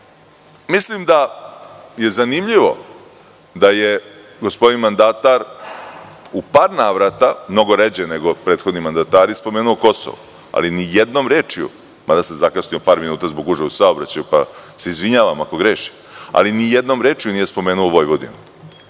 da je zanimljivo da je gospodin mandatar u par navrata, mnogo ređe nego prethodni mandatari, spomenuo Kosovo, ali ni jednom rečju, mada sam zakasnio par minuta zbog gužve u saobraćaju, pa se izvinjavam ako grešim, nije spomenuo Vojvodinu.